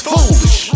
Foolish